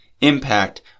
impact